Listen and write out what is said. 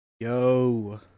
Yo